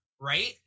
right